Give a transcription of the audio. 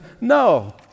No